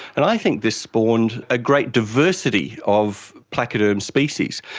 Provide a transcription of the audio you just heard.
and i think this spawned a great diversity of placoderm species.